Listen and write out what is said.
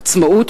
עצמאות